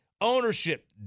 Ownership